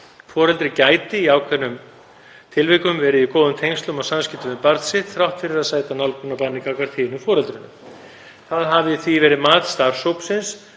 Foreldri gæti í ákveðnum tilvikum verið í góðum tengslum og samskiptum við barn sitt þrátt fyrir að sæta nálgunarbanni gagnvart hinu foreldrinu. Það hafi því verið mat starfshópsins